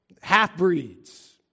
half-breeds